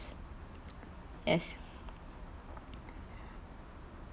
yes